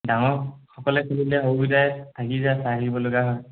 ডাঙৰ সকলে কি অসুবিধা হৈ যায় থাকি যায় আকৌ আহিব লগীয়া হয়